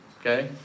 Okay